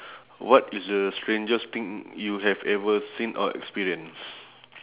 what is the strangest thing you have ever seen or experienced